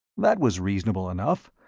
that was reasonable enough.